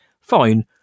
Fine